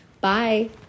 Bye